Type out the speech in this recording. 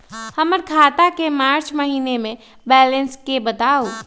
हमर खाता के मार्च महीने के बैलेंस के बताऊ?